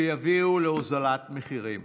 שיביאו להורדת מחירים,